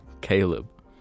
Caleb